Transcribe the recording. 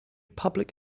public